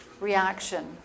reaction